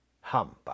Humbug